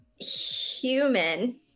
human